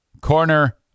Corner